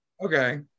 Okay